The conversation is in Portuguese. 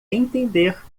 entender